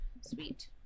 sweet